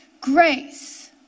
grace